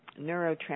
neurotransmitters